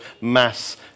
mass